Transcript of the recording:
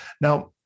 Now